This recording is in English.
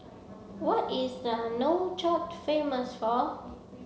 what is the Nouakchott famous for